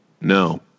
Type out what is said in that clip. No